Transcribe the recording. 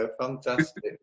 fantastic